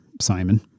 Simon